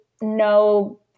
no